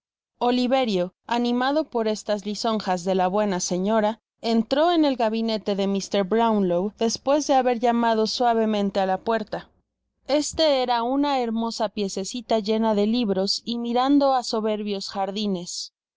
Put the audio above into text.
oliverio animado por estas lisonjas de la buena señora entró en el gabinete de mr brownlow despues de haber llamado suavemente á la puerta kste era uwa hermosa piezeeita llena de libros y mirando á soberbios jardines el